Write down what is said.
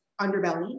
underbelly